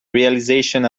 realization